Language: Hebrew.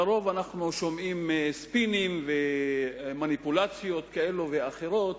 לרוב אנחנו שומעים ספינים ומניפולציות כאלה ואחרות,